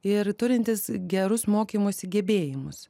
ir turintis gerus mokymosi gebėjimus